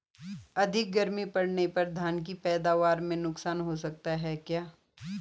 अधिक गर्मी पड़ने पर धान की पैदावार में नुकसान हो सकता है क्या?